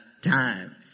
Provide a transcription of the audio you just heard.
time